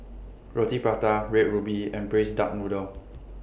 Roti Prata Red Ruby and Braised Duck Noodle